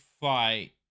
fight